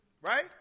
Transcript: right